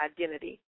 identity